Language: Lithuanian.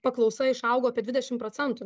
paklausa išaugo apie dvidešim procentų